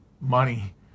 money